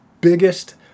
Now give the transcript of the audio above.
biggest